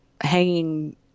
hanging